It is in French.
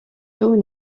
tout